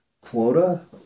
quota